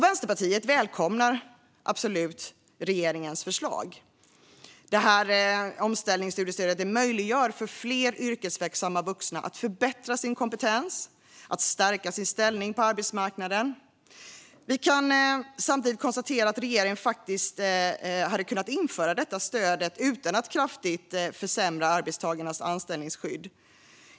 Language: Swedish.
Vänsterpartiet välkomnar absolut regeringens förslag. Omställningsstudiestödet möjliggör för fler yrkesverksamma vuxna att förbättra sin kompetens och stärka sin ställning på arbetsmarknaden. Vi kan samtidigt konstatera att regeringen faktiskt hade kunnat införa detta stöd utan att kraftigt försämra arbetstagarnas anställningsskydd.